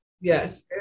Yes